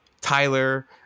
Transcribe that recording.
tyler